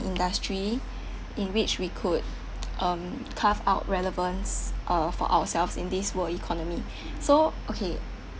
industry in which we could um carve out relevance uh for ourselves in this world economy so okay